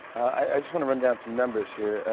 i just wanna run down some numbers here.